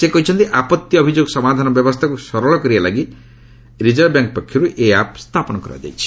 ସେ କହିଛନ୍ତି ଆପତ୍ତି ଅଭିଯୋଗ ସମାଧାନ ବ୍ୟବସ୍ଥାକୁ ସରଳ କରିବା ଲାଗି ରିଜର୍ଭ ବ୍ୟାଙ୍କ ପକ୍ଷରୁ ଏହି ଆପ୍ ସ୍ଥାପନ କରାଯାଇଛି